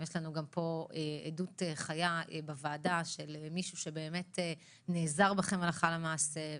יש לנו גם פה עדות חיה בוועדה של מישהו שנעזר בכם הלכה למעשה.